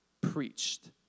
preached